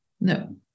No